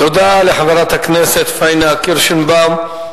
תודה לחברת הכנסת פאינה קירשנבאום.